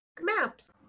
maps